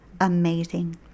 amazing